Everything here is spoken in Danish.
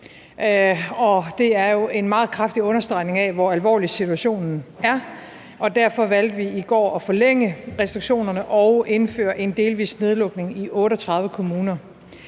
det er jo en meget kraftig understregning af, hvor alvorlig situationen er, og derfor valgte vi i går at forlænge restriktionerne og indføre en delvis nedlukning i 38 kommuner.